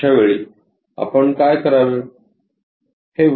अशावेळी आपण काय करावे